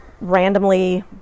randomly